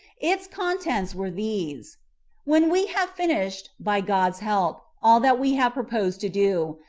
its contents were these when we have finished, by god's help, all that we have proposed to do,